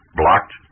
blocked